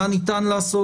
מה ניתן לעשות,